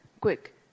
Quick